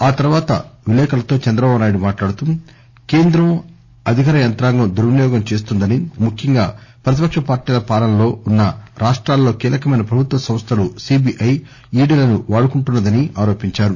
ఆ తర్వాత విలేకరులతో చంద్రబాబునాయుడు మాట్లాడుతూ కేంద్రం అధికార యంత్రాంగం దుర్వినియోగం చేస్తోందని ముఖ్యంగా ప్రతిపక్ష పార్టీల పాలనలో ఉన్న రాష్టాల్లో కీలకమైన ప్రభుత్వ సంస్థలు సీబీఐ ఈడీలను వాడుకుంటున్న దని ఆరోపించారు